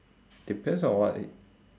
depends on what it